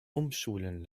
umschulen